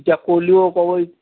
এতিয়া ক'লেও কয়